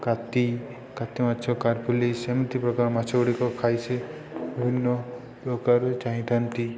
କାତି କାତି ମାଛ କାରଫୁଲି ସେମିତି ପ୍ରକାର ମାଛଗୁଡ଼ିକ ଖାଇ ସେ ବିଭିନ୍ନ ପ୍ରକାର ଚାହିଁଥାନ୍ତି